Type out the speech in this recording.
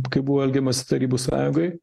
kaip buvo elgiamasi tarybų sąjungoj